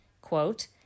quote